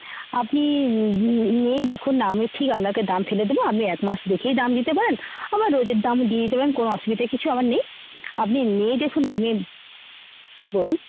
আপনি নিয়েই দেখুন না আমি ঠিক আপনাকে দাম ফেলে দেবো আপনি এক মাস দেখেই দাম দিতে পারেন আবার রোজের দাম দিয়ে দিতে পারেন কোনো অসুবিধেই কিছু আমার নেই আপনি নিয়েই দেখুন না আপনি বলুন